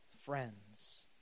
friends